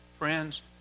Friends